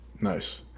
Nice